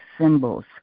symbols